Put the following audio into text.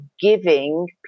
giving